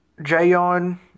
Jayon